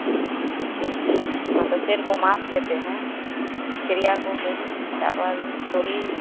हाँ तो शेर को माँस देते हैं चिड़िया को गेहूँ चावल तोरी